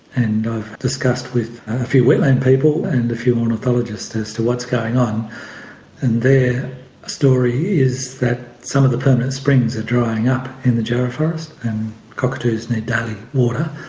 and i've discussed with a few wetland people and a few ornithologists as to what's going on and their story is that some of the permanent springs are drying up in the jarrah forest, and cockatoos need daily water,